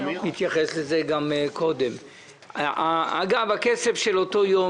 אתייחס קודם לדבריו של מיקי לוי: הכסף של אותו היום